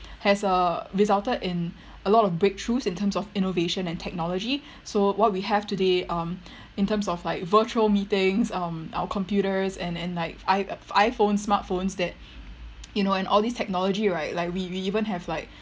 has uh resulted in a lot of breakthroughs in terms of innovation and technology so what we have today um in terms of like virtual meetings um our computers and and like i~ iphones smartphones that you know and all this technology right like we we even have like